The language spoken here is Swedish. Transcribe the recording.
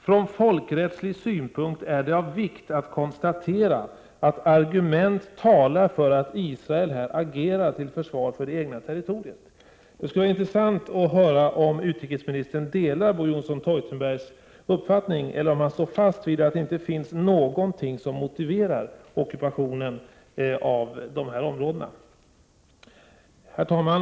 Från folkrättslig synpunkt är det av vikt att konstatera att argument talar för att Israel här agerar till försvar för det egna territoriet. Det skulle vara intressant att höra om utrikesministern delar Bo Johnson Theutenbergs uppfattning eller om han står fast vid att det inte finns någonting som motiverar ockupationen av dessa områden. Herr talman!